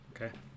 Okay